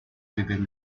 within